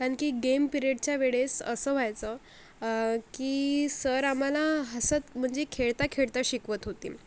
कारण की गेम पिरियडच्या वेळेस असं व्हायचं की सर आम्हाला हसत म्हणजे खेळता खेळता शिकवत होते